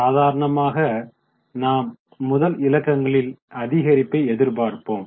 சாதாரணமாக நாம் முதல் இலக்கங்களில் அதிகரிப்பை எதிர்பார்ப்போம்